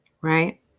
Right